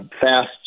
fast